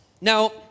Now